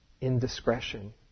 indiscretion